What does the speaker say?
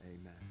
amen